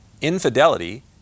infidelity